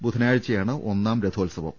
ബുധനാഴ്ച്ചയാണ് ഒന്നാം രഥോത്സവം